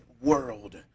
world